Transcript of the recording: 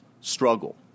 struggle